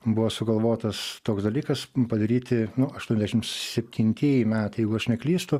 buvo sugalvotas toks dalykas padaryti nu aštuoniasdešim septintieji metai jeigu aš neklystu